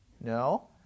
No